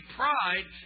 pride